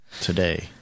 Today